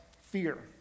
fear